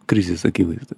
krizės akivaizdoj